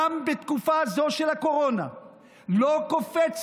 גם בתקופה זו של הקורונה היא לא קופצת